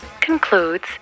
concludes